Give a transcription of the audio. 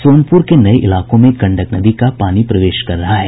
सोनपुर के नये इलाकों में गंडक नदी का पानी प्रवेश कर रहा है